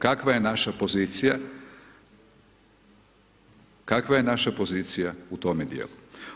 Kakva je naša pozicija, kakva je naša pozicija u tome dijelu?